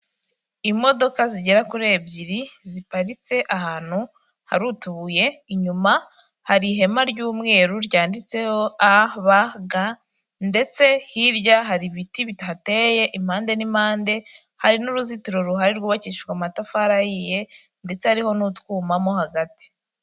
Imodoka zigera kuri ebyiri ziparitse ahantu hari utubuye, inyuma hari ihema ry'umweru ryanditseho a, ba, ga, ndetse hirya hari ibiti bihateye impande n'impande, hari n'uruzitiro ruhari rwubakishijwe amatafari ahiye ndetse ariho n'utwuma mo hagati.